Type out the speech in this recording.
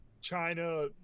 China